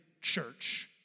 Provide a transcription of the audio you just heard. church